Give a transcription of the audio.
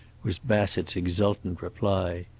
was bassett's exultant reply.